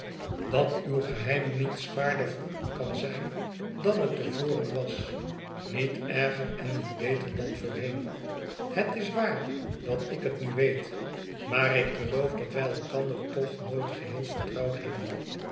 gehouden uw geheim niet zwaarder voor u kan zijn dan het te voren was niet erger en niet beter dan voorheen het is waar dat ik het nu weet maar ik geloof dat wij elkander toch nooit geheel vertrouwd hebben